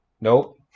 nope